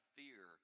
fear